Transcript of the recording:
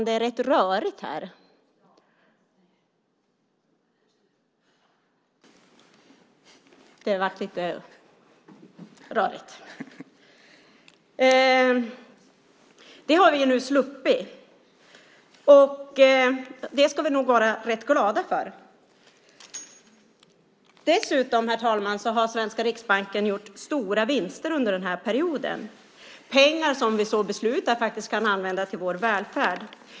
Det har vi nu sluppit. Det ska vi nog vara rätt glada för. Herr talman! Dessutom har den svenska riksbanken gjort stora vinster under den här perioden. Det är pengar som vi kan använda till vår välfärd.